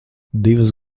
divas